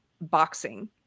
boxing